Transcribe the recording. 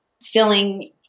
feeling